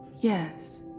Yes